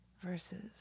versus